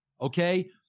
okay